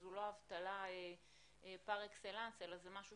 שזו לא אבטלה פר-אקסלנס אלא זה משהו